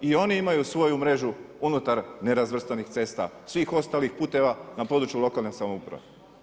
I oni imaju svoju mrežu unutar nerazvrstanih cesta svih ostalih puteva na području lokalne samouprave.